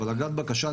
אבל אגרת בקשה,